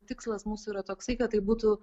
tikslas mūsų yra toksai kad tai būtų